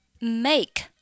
make